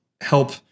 help